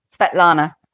Svetlana